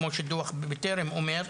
כמו שדוח בטרם אומר,